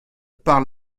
par